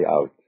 out